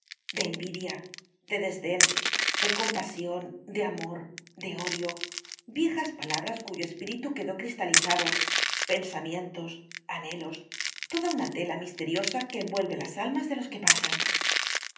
de envidia de desdén de compasión de amor de odio viejas palabras cuyo espíritu quedó cristalizado pensamientos anhelos toda una tela misteriosa que envuelve las almas de los que pasan